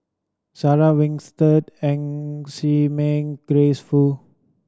Sarah Winstedt Ng Chee Meng Grace Fu